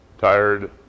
tired